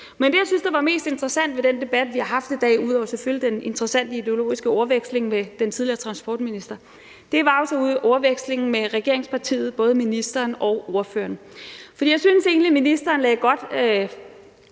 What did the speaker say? Men det, jeg synes var mest interessant ved den debat, vi har haft i dag, ud over selvfølgelig den interessante ideologiske ordveksling med den tidligere transportminister, var ordvekslingen med regeringspartiet, både ministeren og ordføreren, for jeg synes egentlig, at ministeren lagde godt